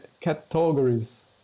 categories